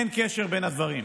אין קשר בין הדברים.